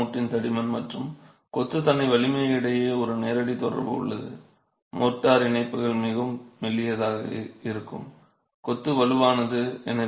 mortar மூட்டின் தடிமன் மற்றும் கொத்து தன்னை வலிமை இடையே ஒரு நேரடி தொடர்பு உள்ளது மோர்டார் இணைப்புகள் மிகவும் மெல்லியதாக இருக்கும் கொத்து வலுவானது